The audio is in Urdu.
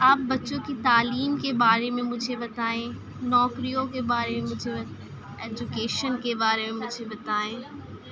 آپ بچوں کی تعلیم کے بارے میں مجھے بتائیں نوکریوں کے بارے میں مجھے بتائیں ایجوکیشن کے بارے میں مجھے بتائیں